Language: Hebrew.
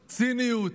ציניות,